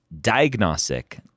Diagnostic